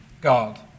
God